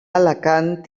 alacant